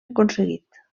aconseguit